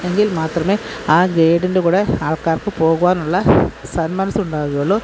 എങ്കില് മാത്രമേ ആ ഗൈഡിന്റെ കൂടെ ആള്ക്കാര്ക്ക് പോകുവാനുള്ള സന്മനസ്സുണ്ടാവുകയുള്ളൂ